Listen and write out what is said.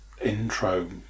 intro